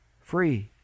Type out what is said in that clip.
free